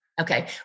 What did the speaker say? Okay